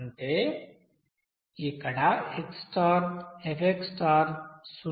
అంటే ఇక్కడx f 0 కి సమానం